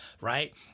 right